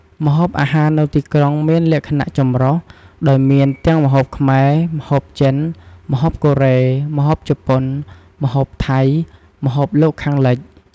ម្ហូបអាហារនៅទីក្រុងមានលក្ខណៈចម្រុះ ដោយមានទាំងម្ហូបខ្មែរ ម្ហូបចិន ម្ហូបកូរ៉េ ម្ហូបជប៉ុន ម្ហូបថៃ ម្ហូបលោកខាងលិច។